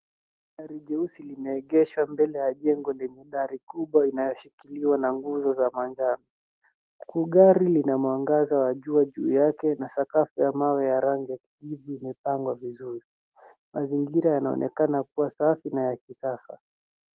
Gari jeusi limeegeshwa mbele ya jengo lenye dari kubwa inayoshikiliwa na nguzo za manjano. Gari lina mwangaza wa jua juu yake na sakafu ya mawe ya rangi ya kijivu imepangwa vizuri. Mazingira yanaonekana kua safi na ya kisasa.